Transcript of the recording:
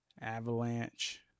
Avalanche